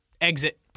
exit